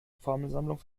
formelsammlung